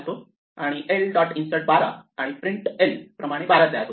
त्यानंतर l dot insert 12 आणि print l प्रमाणे 12 तयार होतो